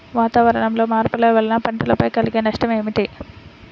వాతావరణంలో మార్పుల వలన పంటలపై కలిగే నష్టం ఏమిటీ?